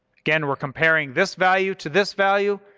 again, we're comparing this value to this value.